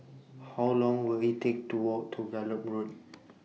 How Long Will IT Take to Walk to Gallop Road